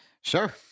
Sure